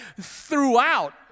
throughout